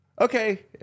okay